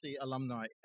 alumni